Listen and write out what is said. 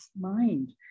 mind